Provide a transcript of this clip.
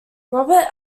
robert